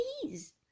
Please